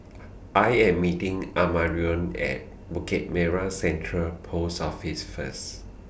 I Am meeting Amarion At Bukit Merah Central Post Office First